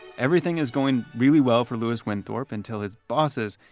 everything is going really well for louis winthorpe until his bosses,